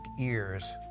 ears